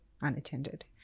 unattended